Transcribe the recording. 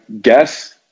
guess